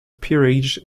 peerage